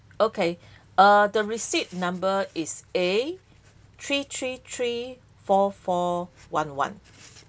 okay uh the receipt number is three three three four four one one